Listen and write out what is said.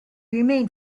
remained